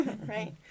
right